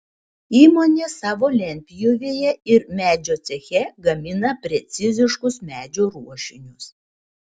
įmonė savo lentpjūvėje ir medžio ceche gamina preciziškus medžio ruošinius